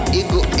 ego